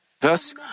Thus